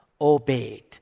obeyed